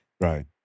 Right